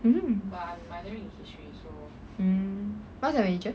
mm mm what's your major